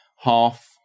half